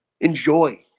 Enjoy